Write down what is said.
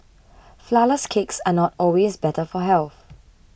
Flourless Cakes are not always better for health